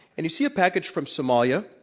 and you see a package from somalia,